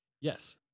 Yes